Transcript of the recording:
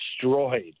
destroyed